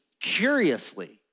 curiously